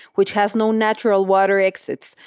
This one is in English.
which has no natural water exits.